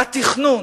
התכנון